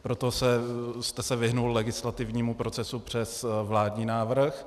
Proto jste se vyhnul legislativnímu procesu přes vládní návrh.